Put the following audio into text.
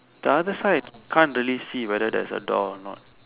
the other side can't really see there's a door or not